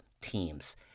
teams